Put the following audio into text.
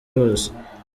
hose